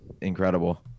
incredible